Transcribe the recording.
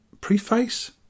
preface